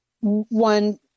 One